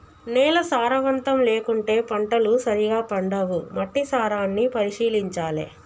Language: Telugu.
నేల సారవంతం లేకుంటే పంటలు సరిగా పండవు, మట్టి సారాన్ని పరిశీలించాలె